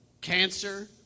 cancer